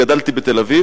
גדלתי בתל-אביב,